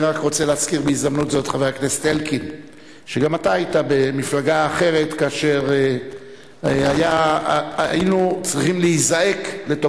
עכשיו אנחנו עוברים להצעת חוק יישום תוכנית ההתנתקות (תיקון מס' 4). הואיל ואין אומרים "שהחיינו" על דבר שהלוואי שלא היינו צריכים לחוקק אותו,